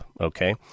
okay